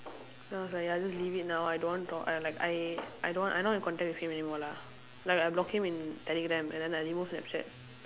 then I was like ya just leave it now I don't want to talk I like I I don't I not in contact with him anymore lah like I blocked him in telegram and then I removed snapchat